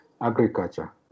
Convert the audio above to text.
agriculture